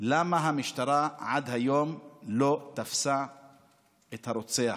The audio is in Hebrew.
למה המשטרה עד היום לא תפסה את הרוצח,